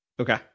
Okay